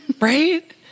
Right